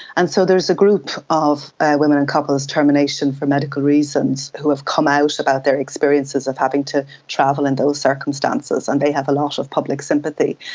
and so there's a group of women and couples, termination for medical reasons, who have come out about their experiences of having to travel in those circumstances and they have a lot of public sympathy.